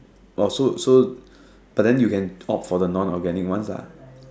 oh so so but then you can opt for the non organic ones lah